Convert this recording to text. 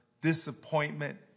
disappointment